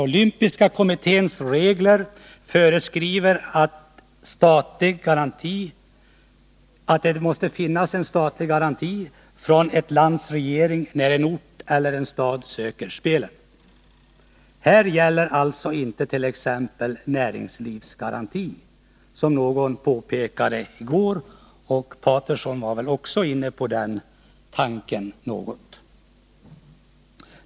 Olympiska kommitténs regler föreskriver att det måste finnas en statlig garanti från ett lands regering när en ort eller stad söker spelen. Här gäller alltså inte exempelvis näringslivsgarantin, som någon påpekade i går — Sten Sture Paterson var väl också inne på den tanken.